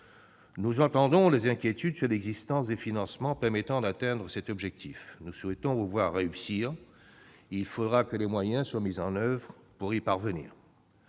Nous entendons les inquiétudes sur l'existence des financements permettant d'atteindre cet objectif. Nous souhaitons vous voir réussir : il faudra donc que les moyens nécessaires soient mis en oeuvre pour y parvenir.